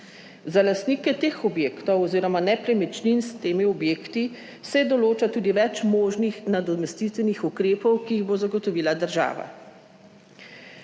(nadaljevanje) teh objektov oz. nepremičnin s temi objekti se določa tudi več možnih nadomestitvenih ukrepov, ki jih bo zagotovila država.